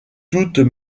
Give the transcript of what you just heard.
toutes